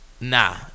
Nah